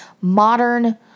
modern